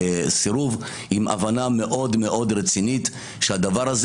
בסירוב אלא עם הבנה מאוד מאוד רצינית שהדבר הזה